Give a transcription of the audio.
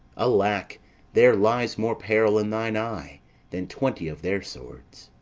alack, there lies more peril in thine eye than twenty of their swords!